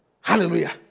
Hallelujah